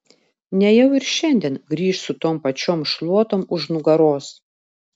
nejau ir šiandien grįš su tom pačiom šluotom už nugaros